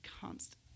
constant